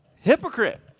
Hypocrite